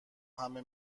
همه